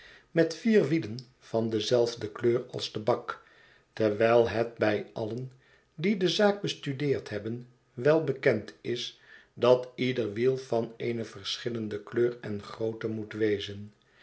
met vier wielen van dezelfde kleur als de bak terwijl het bij alien die de zaak bestudeerd hebben wel bekend is dat ieder wiel van eene verschillende kleur en grootte moet wezen